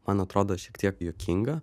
man atrodo šiek tiek juokinga